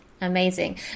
Amazing